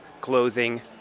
clothing